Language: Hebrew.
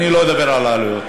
אני לא אדבר על העלויות.